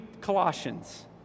Colossians